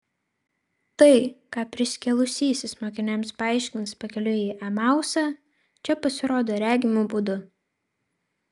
tai ką prisikėlusysis mokiniams paaiškins pakeliui į emausą čia pasirodo regimu būdu